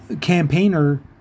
campaigner